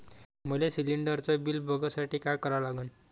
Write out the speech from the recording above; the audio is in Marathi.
मले शिलिंडरचं बिल बघसाठी का करा लागन?